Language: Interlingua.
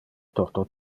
torto